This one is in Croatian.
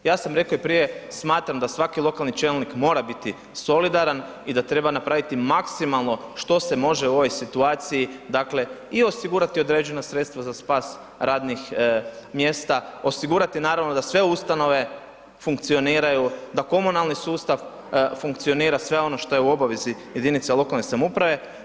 Ja sam rekao i prije, smatram da svaki lokalni čelnik mora biti solidaran i da treba napraviti maksimalno što se može u ovoj situaciji i osigurati određena sredstva za spas radnih mjesta, osigurati naravno da sve ustanove funkcioniranju, da komunalni sustav funkcionira, sve ono što je u obavezi jedinice lokalne samouprave.